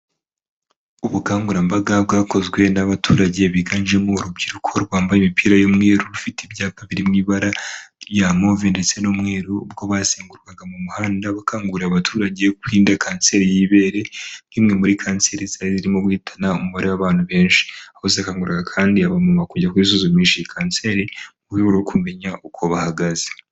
Ubukangurambaga bwakozwe n'abaturage biganjemo urubyiruko rwambaye imipira y'umweru rufite ibyapa biri mu ibara rya move ndetse risa n'umweru ubwo bazengurukaga mu muhanda bakangurira abaturage bakanguriraga abaturage kwirinda kanseri y'ibere nk'imwe muri kanseri zari zirimo guhitana umubare w'abantu benshi aho bakanguriraga kandi abagomba kujya ku kwisuzumisha iyi kanseri mu rwego rwo kumenya uko bahagaze.